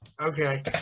Okay